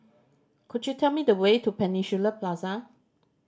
could you tell me the way to Peninsula Plaza